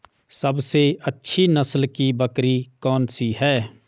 सबसे अच्छी नस्ल की बकरी कौन सी है?